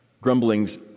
grumbling's